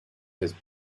his